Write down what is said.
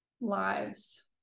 lives